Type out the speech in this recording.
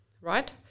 right